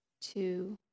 two